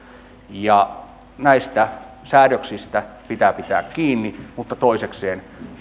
niihin näistä säädöksistä pitää pitää kiinni mutta toisekseen